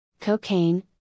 cocaine